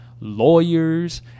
lawyers